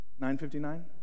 959